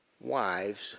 wives